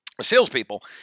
Salespeople